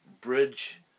bridge